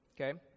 okay